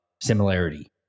similarity